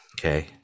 Okay